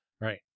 Right